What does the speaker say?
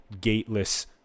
gateless